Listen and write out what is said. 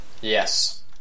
Yes